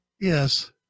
yes